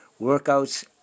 workouts